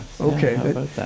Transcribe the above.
okay